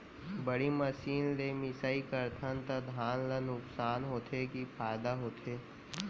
बड़ी मशीन ले मिसाई करथन त धान ल नुकसान होथे की फायदा होथे?